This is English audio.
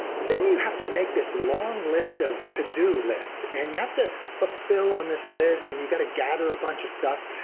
then you have to make this long list of to do list and you have to fulfill on this list and you got to gather a bunch of stuff.